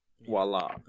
Voila